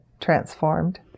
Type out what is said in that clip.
transformed